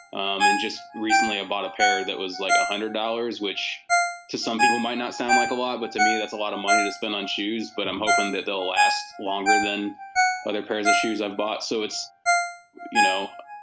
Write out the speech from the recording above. um and just recently i bought a pair that was like one hundred dollars, which to some people might not sound like a lot, but to me that's a lot of money to spend on shoes. but i'm hoping that they'll last longer than other pairs of shoes i've bought. so it's you know,